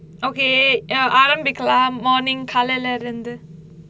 okay ya ஆரம்பிக்கலாம்:aarambikkalaam morning காலையில இருந்து:kaalaiyila irunthu